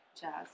jazz